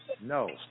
No